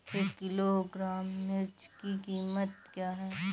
एक किलोग्राम मिर्च की कीमत क्या है?